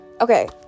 Okay